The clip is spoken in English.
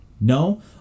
No